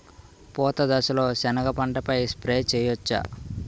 పూత దశలో సెనగ పంటపై స్ప్రే చేయచ్చా?